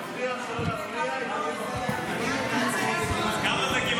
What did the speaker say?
מבטיח שלא נפריע, אם הוא יהיה ממלכתי.